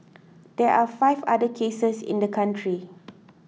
there are five other cases in the country